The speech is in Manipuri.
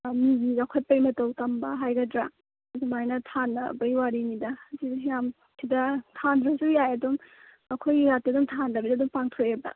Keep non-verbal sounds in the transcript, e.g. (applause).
ꯃꯤꯒꯤ ꯆꯥꯎꯈꯠꯄꯒꯤ ꯃꯇꯧ ꯇꯝꯕ ꯍꯥꯏꯒꯗ꯭ꯔꯥ ꯑꯗꯨꯃꯥꯏꯅ ꯊꯥꯟꯅꯕꯒꯤ ꯋꯥꯔꯤꯅꯤꯗ ꯍꯧꯖꯤꯛ ꯍꯧꯖꯤꯛ ꯌꯥꯝ ꯁꯤꯗ ꯊꯟꯗ꯭ꯔꯁꯨ ꯌꯥꯏ ꯑꯗꯨꯝ ꯑꯩꯈꯣꯏꯒꯤ (unintelligible) ꯊꯥꯟꯗꯕꯤꯗ ꯑꯗꯨꯝ ꯄꯥꯡꯊꯣꯛꯑꯦꯕ